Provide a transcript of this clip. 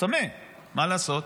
מה לעשות?